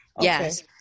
Yes